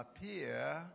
appear